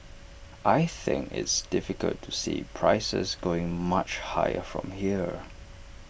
I think it's difficult to see prices going much higher from here